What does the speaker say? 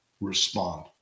respond